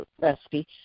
recipe